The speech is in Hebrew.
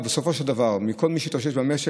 ובסופו של דבר מכל מי שהתאושש במשק,